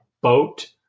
boat